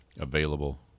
available